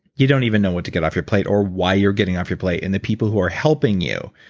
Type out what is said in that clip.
you don't even know what to get off your plate, or why you're getting off your plate and the people who are helping you,